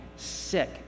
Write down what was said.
Sick